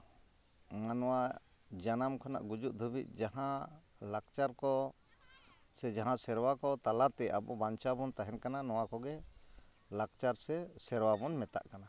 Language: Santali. ᱱᱚᱣᱟ ᱡᱟᱱᱟᱢ ᱠᱷᱚᱱᱟᱜ ᱜᱩᱡᱩᱜ ᱫᱷᱟᱹᱵᱤᱡ ᱡᱟᱦᱟᱸ ᱞᱟᱠᱪᱟᱨ ᱠᱚ ᱥᱮ ᱡᱟᱦᱟᱸ ᱥᱮᱨᱣᱟ ᱠᱚ ᱛᱟᱞᱟ ᱛᱮ ᱟᱵᱚ ᱵᱟᱧᱪᱟᱣ ᱵᱚᱱ ᱛᱟᱦᱮᱱ ᱠᱟᱱᱟ ᱱᱚᱣᱟ ᱠᱚᱜᱮ ᱞᱟᱠᱪᱟᱨ ᱥᱮ ᱥᱮᱨᱣᱟ ᱵᱚᱱ ᱢᱮᱛᱟᱜ ᱠᱟᱱᱟ